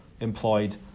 employed